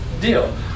deal